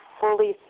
fully